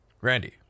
Randy